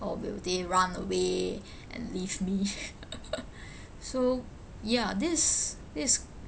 or will they run away and leave me so ya this is this is